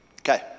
Okay